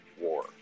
war